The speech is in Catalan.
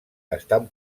estan